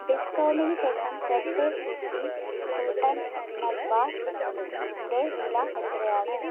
ഡിസ്കൗണ്ടിന് ശേഷം purple hippie fruit and nut ബാറിന്റെ വില എത്രയാണ്